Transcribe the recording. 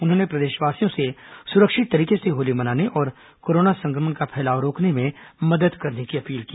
उन्होंने प्रदेशवासियों से सुरक्षित तरीके से होली मनाने और कोरोना संक्रमण का फैलाव रोकने में मदद करने की अपील की